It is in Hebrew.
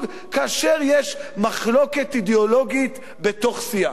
כאשר יש מחלוקת אידיאולוגית בתוך סיעה.